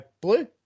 Blue